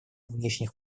внешних